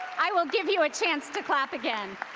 i will give you a chance to clap again.